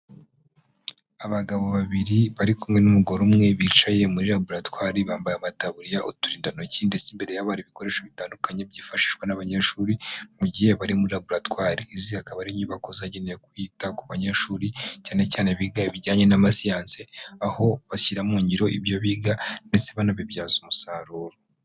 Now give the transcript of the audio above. Abagabo babiri bari kumwe n'umugore umwe, bicaye muri laboratwari, bambaye amataburiya, uturindantoki, ndetse imbere y'abo hari ibikoresho bitandukanye byifashishwa n'abanyeshuri, mu gihe bari muri laboratwari. Izi akaba ari inyubako zagenewe kwita ku banyeshuri cyane cyane abiga ibijyanye n'amasiyanse, aho bashyira mu ngiro ibyo biga ndetse banabibyaza umusaruro.